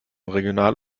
regional